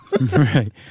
Right